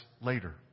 later